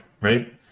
right